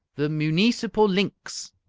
the muneecipal linx.